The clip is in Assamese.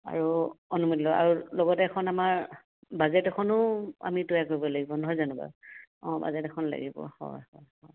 আৰু অনুমতি লৈ আৰু লগতে এখন আমাৰ বাজেট এখনো আমি তৈয়াৰ কৰিব লাগিব নহয় জানো বাৰু অঁ বাজেট এখন লাগিব হয় হয় হয়